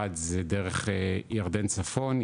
אחד זה דרך ירדן צפון,